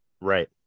Right